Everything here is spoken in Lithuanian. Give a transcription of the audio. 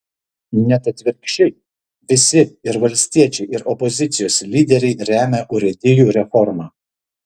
net atvirkščiai visi ir valstiečiai ir opozicijos lyderiai remia urėdijų reformą